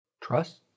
trust